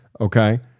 Okay